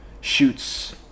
shoots